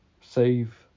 save